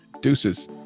Deuces